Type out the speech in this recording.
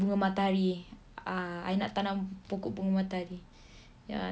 bunga matahari I nak tanam pokok bunga matahari ya